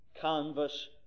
canvas